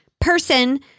person